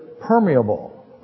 permeable